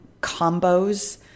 combos